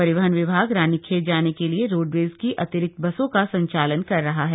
परिवहन विभाग रानीखेत जाने के लिए रोडवेज की अतिरिक्त बसों का संचालन कर रहा है